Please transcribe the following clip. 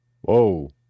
Whoa